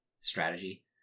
strategy